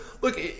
look